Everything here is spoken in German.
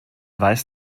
weiß